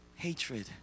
Hatred